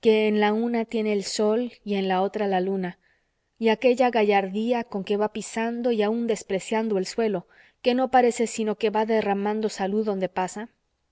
que en la una tiene el sol y en la otra la luna y aquella gallardía con que va pisando y aun despreciando el suelo que no parece sino que va derramando salud donde pasa